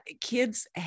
kids